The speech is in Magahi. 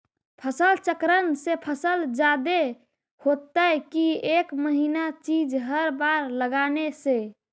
फसल चक्रन से फसल जादे होतै कि एक महिना चिज़ हर बार लगाने से?